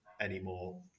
anymore